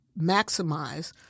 maximize